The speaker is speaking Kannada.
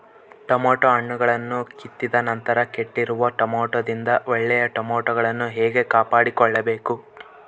ಟೊಮೆಟೊ ಹಣ್ಣುಗಳನ್ನು ಕಿತ್ತಿದ ನಂತರ ಕೆಟ್ಟಿರುವ ಟೊಮೆಟೊದಿಂದ ಒಳ್ಳೆಯ ಟೊಮೆಟೊಗಳನ್ನು ಹೇಗೆ ಕಾಪಾಡಿಕೊಳ್ಳಬೇಕು?